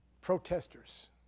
protesters